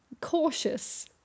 cautious